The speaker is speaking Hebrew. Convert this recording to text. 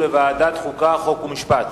בוועדת החוקה, חוק ומשפט.